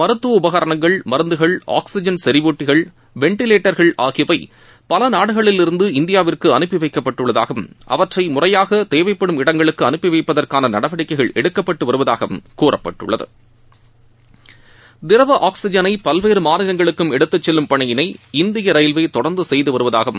மருத்துவ உபகரணங்கள் மருந்துகள் ஆக்ஸிஜன் செறிவூட்டிகள் வெண்டிலேட்டர்கள் ஆகியவை பல நாடுகளில் இருந்து இந்தியாவிற்கு அனுப்பி வைக்கப்பட்டுள்ளதாகவும் அவற்றை முறையாக தேவைப்படும் இடங்களுக்கு அனுப்பி வைப்பதற்கான நடவடிக்கைகள் எடுக்கப்பட்டு வருவதாகவும் கூறப்பட்டுள்ளது திரவ ஆக்ஸிஜனை பல்வேறு மாநிலங்களுக்கும் எடுத்துச் செல்லும் பணியினை இந்திய ரயில்வே தொடர்ந்து செய்து வருவதாகவும்